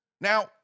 Now